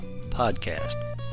podcast